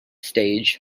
stage